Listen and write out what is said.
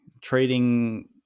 trading